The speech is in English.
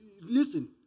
listen